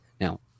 Now